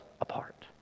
apart